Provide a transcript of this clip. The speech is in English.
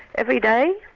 every day.